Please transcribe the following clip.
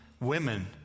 women